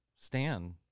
Stan